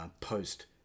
post